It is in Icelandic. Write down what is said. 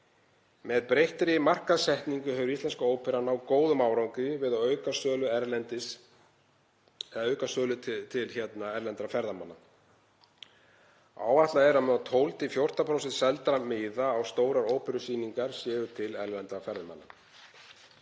Með breyttri markaðssetningu hefur Íslenska óperan náð góðum árangri við að auka sölu til erlendra ferðamanna. Áætlað er að um 12–14% seldra miða á stórar óperusýningar séu til erlendra ferðamanna.